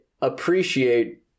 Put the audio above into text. appreciate